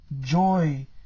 joy